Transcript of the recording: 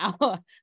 now